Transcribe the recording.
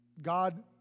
God